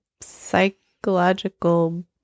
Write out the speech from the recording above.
psychological